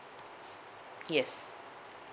yes